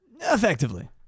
effectively